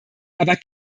aber